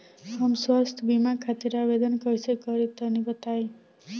हम स्वास्थ्य बीमा खातिर आवेदन कइसे करि तनि बताई?